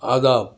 آداب